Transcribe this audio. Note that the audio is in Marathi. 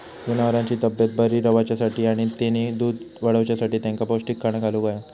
जनावरांची तब्येत बरी रवाच्यासाठी आणि तेनी दूध वाडवच्यासाठी तेंका पौष्टिक खाणा घालुक होया